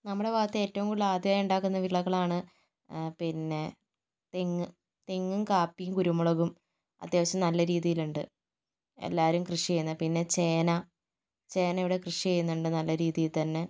നമ്മുടെ ഭാഗത്ത് ഏറ്റവും കൂടുതൽ ആദായമായി ഉണ്ടാകുന്ന വിളകളാണ് പിന്നെ തെങ്ങ് തെങ്ങും കാപ്പിയും കുരുമുളകും അത്യാവശ്യം നല്ല രീതിയിലുണ്ട് എല്ലാവരും കൃഷി ചെയ്യുന്നത് പിന്നെ ചേന ചേനയുടെ കൃഷി ചെയ്യുന്നുണ്ട് നല്ല രീതിയിൽ തന്നെ